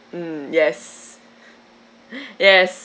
mm yes yes